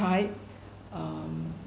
type um